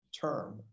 term